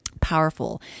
powerful